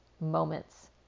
moments